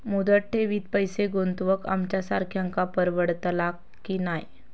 मुदत ठेवीत पैसे गुंतवक आमच्यासारख्यांका परवडतला की नाय?